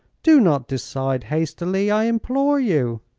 do not decide hastily, i implore you.